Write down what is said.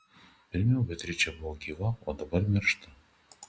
pirmiau beatričė buvo gyva o dabar miršta